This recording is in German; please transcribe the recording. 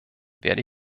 werde